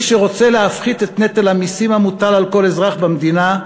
מי שרוצה להפחית את נטל המסים המוטל על כל אזרח במדינה,